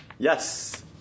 Yes